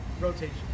rotation